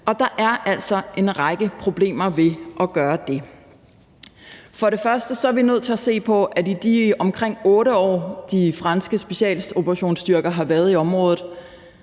der er altså en række problemer ved at gøre det. Vi er nødt til at se på, at i de omkring 8 år, som de franske specialoperationsstyrker har været i området,